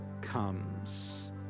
comes